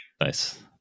Nice